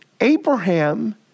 Abraham